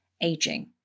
aging